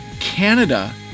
Canada